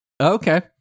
okay